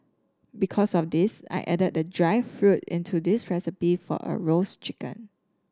because of this I added the dried fruit into this recipe for a roast chicken